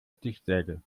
stichsäge